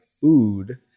food